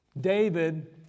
David